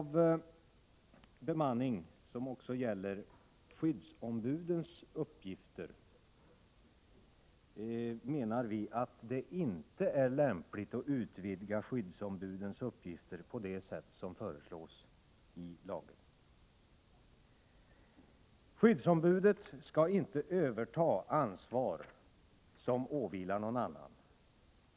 Vi tycker inte att det är lämpligt att utvidga skyddsombudets uppgifter på det sätt som föreslås. Skyddsombudet skall inte överta ansvar som åvilar någon annan.